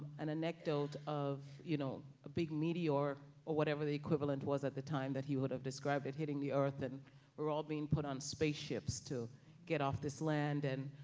an anecdote of, you know, a big meteor or whatever the equivalent was, at the time that he would have described it, hitting the earth and we're all being put on spaceships to get off this land. and,